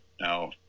Now